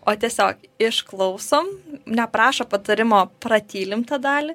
o tiesiog išklausom neprašo patarimo pratylim tą dalį